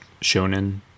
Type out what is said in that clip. Shonen